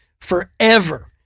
forever